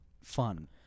fun